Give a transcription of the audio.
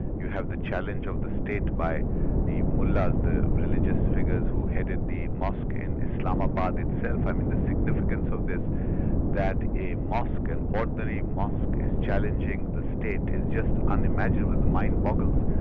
you have the challenge of the state by the mullahs, the religious figures who headed the mosque in islamabad itself. i mean the significance of this that a mosque, an ordinary mosque is challenging the state is just unimaginable, the mind boggles.